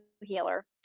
healer